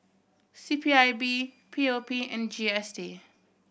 C P I B P O P and G S T